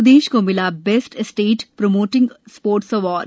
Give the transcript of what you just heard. प्रदेश को मिला best state promoting sports award